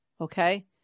Okay